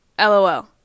LOL